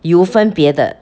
有分别的